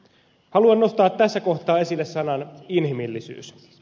haluan nostaa tässä kohtaa esille sanan inhimillisyys